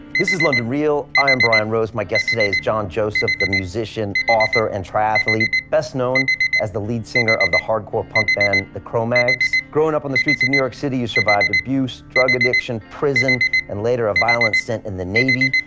this is london real, i am brian rose, my guess today is john joseph, the musician, author and triathlete best known as the lead singer of hardcore punk band the cro-mags. growing up on the streets of new york city, you survived abuse, drug addiction, prison and later a violent stint in the navy.